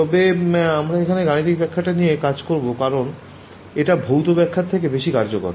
তবে আমরা এখানে গাণিতিক ব্যাখ্যাটা নিয়ে কাজ করবো কারণ এটা ভৌত ব্যাখ্যার থেকে বেশি কার্যকর